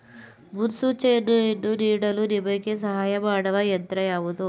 ಮುನ್ಸೂಚನೆಯನ್ನು ನೀಡಲು ನಿಮಗೆ ಸಹಾಯ ಮಾಡುವ ಯಂತ್ರ ಯಾವುದು?